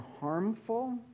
harmful